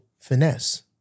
Finesse